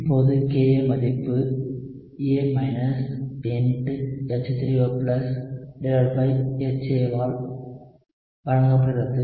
இப்போது Ka மதிப்பு A H3OHA ஆல் வழங்கப்படுகிறது